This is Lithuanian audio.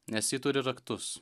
nes ji turi raktus